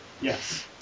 Yes